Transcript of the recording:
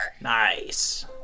Nice